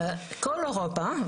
כל אירופה,